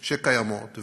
שקיימות,